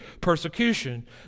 persecution